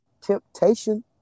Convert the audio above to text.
temptation